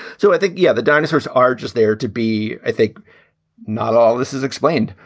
so i think, yeah, the dinosaurs are just there to be i think not all this is explained.